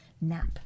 nap